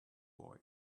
boy